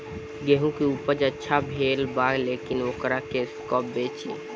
गेहूं के उपज अच्छा भेल बा लेकिन वोकरा के कब बेची?